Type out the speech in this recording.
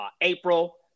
April